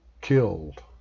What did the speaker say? killed